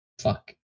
fuck